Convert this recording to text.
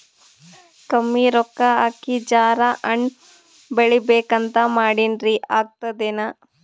ಕಮ್ಮಿ ರೊಕ್ಕ ಹಾಕಿ ಜರಾ ಹಣ್ ಬೆಳಿಬೇಕಂತ ಮಾಡಿನ್ರಿ, ಆಗ್ತದೇನ?